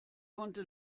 konnte